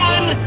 One